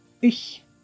ich